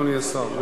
אדוני השר,